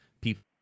people